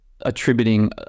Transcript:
attributing-